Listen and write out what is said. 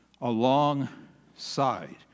alongside